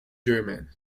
german